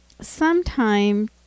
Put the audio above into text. sometime